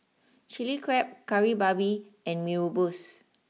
Chilli Crab Kari Babi and Mee Rebus